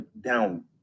down